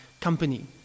company